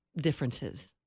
differences